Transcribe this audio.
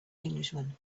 englishman